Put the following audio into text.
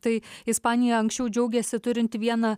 tai ispanija anksčiau džiaugėsi turinti vieną